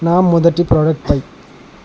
నా మొదటి ప్రాడక్ట్ పైన